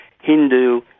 Hindu